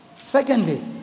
Secondly